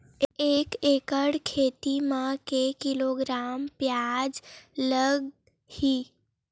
एक एकड़ खेती म के किलोग्राम प्याज लग ही?